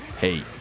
hate